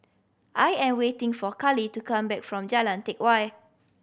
I am waiting for Carli to come back from Jalan Teck Whye